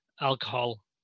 alcohol